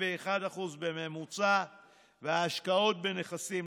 41% בממוצע וההשקעות בנכסים,